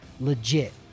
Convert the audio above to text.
legit